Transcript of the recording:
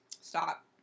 Stop